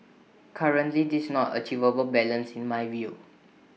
currently this not achievable balance in my view